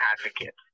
advocate